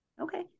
Okay